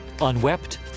unwept